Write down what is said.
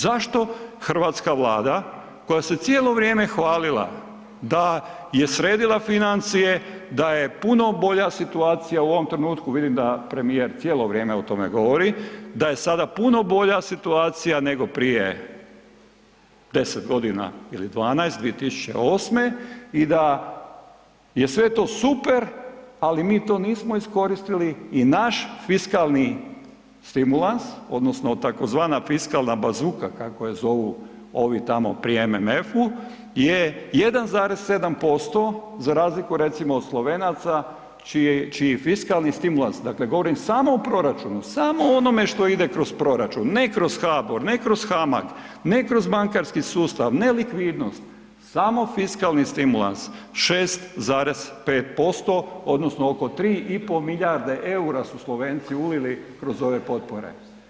Zašto hrvatska Vlada koja se cijelo vrijeme hvalila da je sredila financije, da je puno bolja situacija u ovom trenutku, vidim da premijer cijelo vrijeme o tome govori, da je sada puno bolja situacija nego prije 10 g. ili 12, 2008., i da je sve to super ali mi to nismo iskoristili i naše fiskalni stimulans odnosno tzv. fiskalna bazuka kako je zovu ovi tamo pri MMF-u je 1,7% za razliku recimo od Slovenaca čiji fiskalni stimulans, dakle govorim samo o proračunu, samo o onome što ide kroz proračun, ne kroz HBOR, ne kroz HAMAG, ne kroz bankarski sustav, ne likvidnost, samo fiskalni stimulans, 6,5% odnosno oko 3,5 milijarde eura su Slovenci ulili kroz ove potpore.